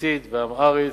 רוסית ואמהרית,